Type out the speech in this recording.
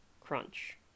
Crunch